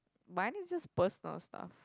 mine is just personal stuff